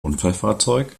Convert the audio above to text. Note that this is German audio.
unfallfahrzeug